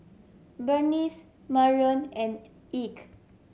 Berniece Marrion and Ike